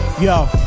yo